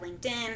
LinkedIn